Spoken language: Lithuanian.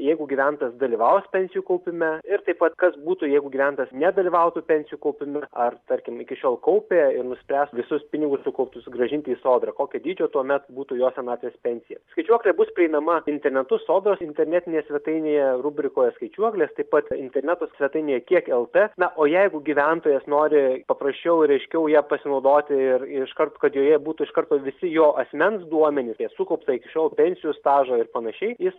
jeigu gyventojas dalyvaus pensijų kaupime ir taip pat kas būtų jeigu gyventojas nedalyvautų pensijų kaupime ar tarkim iki šiol kaupė ir nuspręs visus pinigus sukauptus grąžinti į sodrą kokio dydžio tuomet būtų jo senatvės pensija skaičiuoklė bus prieinama internetu sodros internetinėj svetainėje rubrikoje skaičiuoklės taip pat interneto svetainėje kiek el tė na o jeigu gyventojas nori paprasčiau ir aiškiau ja pasinaudoti ir iškart kad joje būtų iš karto visi jo asmens duomenys sukaupta iki šiol pensijų stažo ir panašiai jis